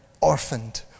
orphaned